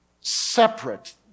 separate